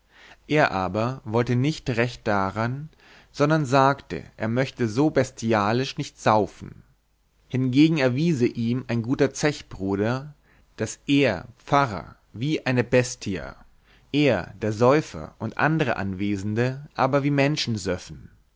er aber wollte nicht recht daran sondern sagte er möchte so bestialisch nicht saufen hingegen erwiese ihm ein guter zechbruder daß er pfarrer wie eine bestia er der säufer und andere anwesende aber wie menschen